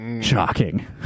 Shocking